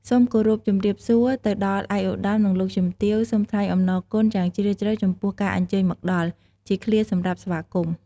សូមគោរពជម្រាបសួរទៅដល់ឯកឧត្តម និងលោកជំទាវ សូមថ្លែងអំណរគុណយ៉ាងជ្រាលជ្រៅចំពោះការអញ្ជើញមកដល់ ជាឃ្លាសម្រាប់ស្វាគមន៍។